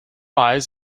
eyes